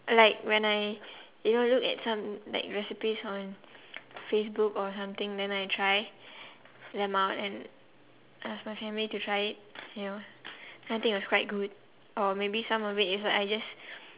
like when I if I look at some like recipes on Facebook or something then I try them out and ask my family to try it you know I think it was quite good or maybe some of it is like I just